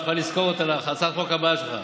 אתה צריך לזכור אותה להצעת החוק הבאה שלך.